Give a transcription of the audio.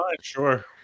sure